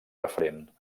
referent